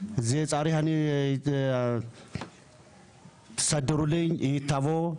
אני צריך שתסדרו שהיא תבוא,